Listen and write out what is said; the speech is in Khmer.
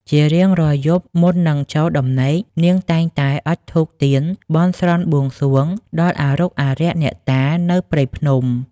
ជារៀងរាល់យប់ មុននឹងចូលដំណេក នាងតែងតែអុជធូបទៀនបន់ស្រន់បួងសួងដល់អារុក្ខអារក្ខអ្នកតានៅព្រៃភ្នំ។